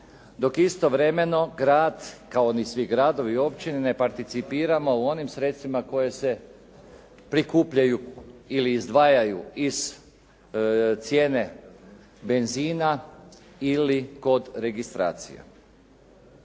dok istovremeno grad kao ni svi gradovi, općine ne participiramo u onim sredstvima koje se prikupljaju ili izdvajaju iz cijene benzina ili kod registracija.